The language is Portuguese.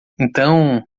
então